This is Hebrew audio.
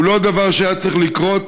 הוא לא דבר שהיה צריך לקרות.